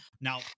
Now